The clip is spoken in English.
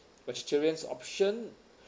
vegetarian option